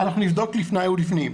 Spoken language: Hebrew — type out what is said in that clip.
אנחנו נבדוק לפני ולפנים,